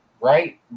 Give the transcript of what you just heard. right